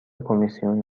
کمیسیون